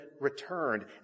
returned